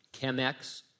Chemex